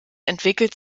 entwickelt